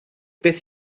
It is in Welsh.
beth